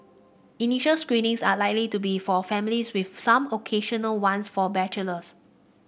initial screenings are likely to be for families with some occasional ones for bachelors